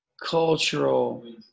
cultural